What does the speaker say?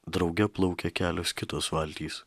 drauge plaukė kelios kitos valtys